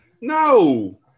no